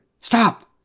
Stop